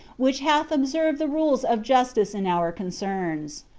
which hath observed the rules of justice in our concerns.